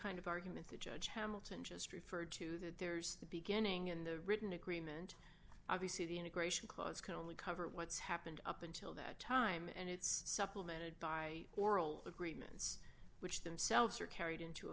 kind of argument that judge hamilton just referred to that there's the beginning in the written agreement obviously the integration costs can only cover what's happened up until that time and it's supplemented by oral agreements which themselves are carried into